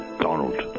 Donald